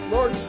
Lord